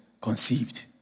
conceived